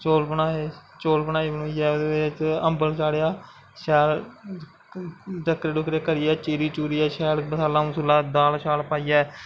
चौल बनाए चौल बनाई बनुइयै अम्बल चाढ़ेआ शैल डक्करे डुक्करे करियै शैल चीरी चूरियै शैल मसाला मसूला दाल दूल पाइयै